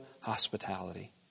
hospitality